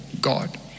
God